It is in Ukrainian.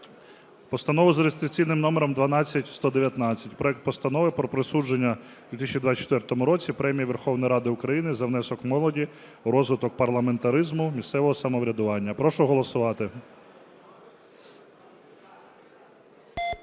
Постанови за реєстраційним номером 12119. Проект Постанови про присудження у 2024 році Премії Верховної Ради України за внесок молоді у розвиток парламентаризму та місцевого самоврядування. Ми домовились,